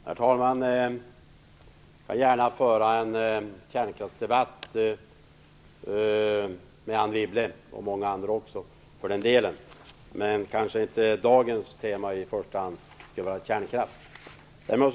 Herr talman! Jag kan gärna föra en kärnkraftsdebatt med Anne Wibble, och med många andra också för den delen, men dagens tema kanske inte är kärnkraften i första hand.